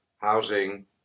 housing